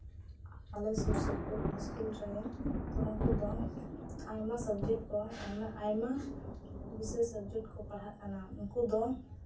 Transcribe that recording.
ᱟᱞᱮ ᱥᱩᱨ ᱥᱩᱯᱩᱨ ᱥᱠᱩᱞ ᱨᱮᱱ ᱛᱚ ᱩᱱᱠᱩ ᱫᱚ ᱟᱭᱢᱟ ᱥᱟᱵᱽᱡᱮᱴ ᱠᱚ ᱟᱭᱢᱟ ᱵᱤᱥᱚᱭ ᱥᱟᱵᱽᱡᱮᱴ ᱠᱚ ᱯᱟᱲᱦᱟᱜ ᱠᱟᱱᱟ ᱩᱱᱠᱩ ᱫᱩ